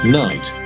night